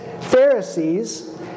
Pharisees